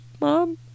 Mom